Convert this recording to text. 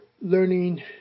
learning